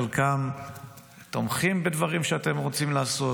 חלקם תומכים בדברים שאתם רוצים לעשות,